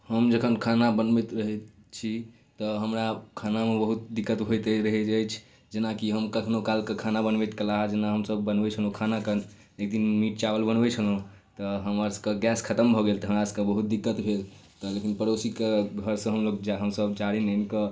हम जखन खाना बनबैत रहै छी तऽ हमरा खानामे बहुत दिक्कत होइत रहै अछि जेनाकि हम कखनहु कालके खाना बनबैतकाल जेना हमसभ बनबै छलहुँ खाना एकदिन मीट चावल बनबै छलहुँ तऽ हमरसभके गैस खतम भऽ गेल तऽ हमरासभके बहुत दिक्कत भेल तऽ लेकिन पड़ोसीके घरसँ हमलोक हमसभ जारनि आनिकऽ